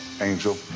Angel